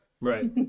Right